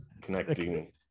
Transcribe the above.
connecting